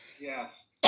Yes